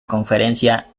conferencia